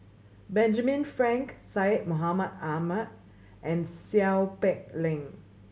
Benjamin Frank Syed Mohamed Ahmed and Seow Peck Leng